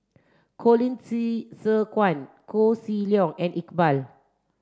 Colin Qi Zhe Quan Koh Seng Leong and Iqbal